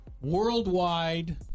worldwide